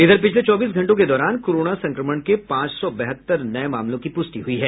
इधर पिछले चौबीस घंटों के दौरान कोरोना संक्रमण के पांच सौ बहत्तर नये मामलों की पुष्टि हुई है